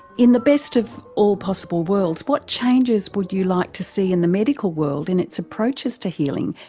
in the best of all possible worlds, what changes would you like to see in the medical world in its approaches to healing,